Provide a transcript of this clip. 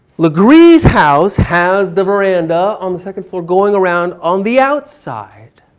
legree's house has the veranda on the second floor, going around on the outside.